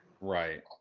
Right